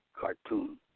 cartoon